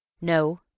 No